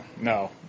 No